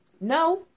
no